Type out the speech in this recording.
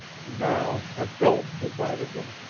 now a gulf divided them.